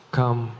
come